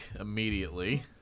immediately